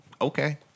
okay